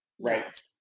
right